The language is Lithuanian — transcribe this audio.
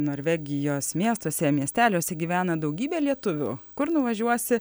norvegijos miestuose miesteliuose gyvena daugybė lietuvių kur nuvažiuosi